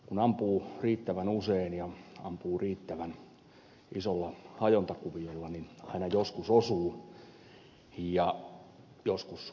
kun ampuu riittävän usein ja ampuu riittävän isolla hajontakuviolla niin aina joskus osuu ja joskus menee ohi